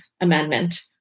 Amendment